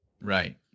Right